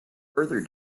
further